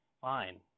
fine